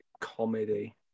comedy